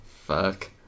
Fuck